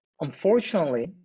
unfortunately